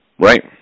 Right